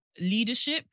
Leadership